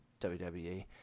WWE